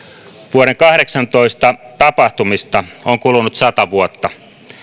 vuoden kahdeksantoista tapahtumista on kulunut sata vuotta